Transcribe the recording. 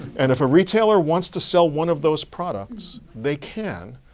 and if a retailer wants to sell one of those products, they can.